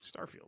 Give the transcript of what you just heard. Starfield